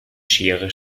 schere